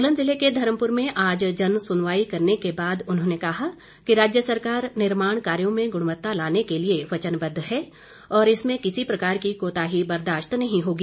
सोलन जिले के धर्मपुर में आज जन सुनवाई करने के बाद उन्होंने कहा कि राज्य सरकार निर्माण कार्यों में गुणवत्ता लाने के लिए वचनबद्ध है और इसमें किसी प्रकार की कोताही बर्दाश्त नहीं होगी